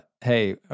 hey